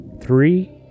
Three